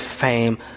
fame